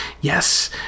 yes